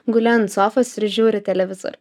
guli ant sofos ir žiūri televizorių